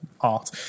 art